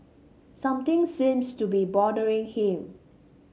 something seems to be bothering him